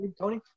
Tony